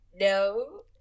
no